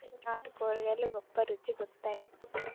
నాటు కూరగాయలు గొప్ప రుచి గుంత్తై